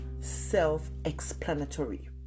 self-explanatory